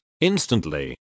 Instantly